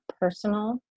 personal